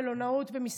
על מלונאות ועל מסעדות,